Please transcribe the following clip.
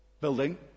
building